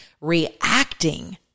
reacting